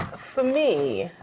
for me,